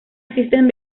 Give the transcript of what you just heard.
existen